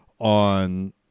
on